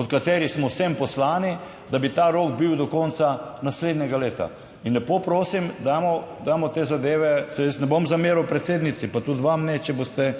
od katerih smo sem poslani, da bi ta rok bil do konca naslednjega leta. In lepo prosim, dajmo, dajmo te zadeve, saj jaz ne bom zameril predsednici pa tudi vam ne, če boste